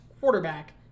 quarterback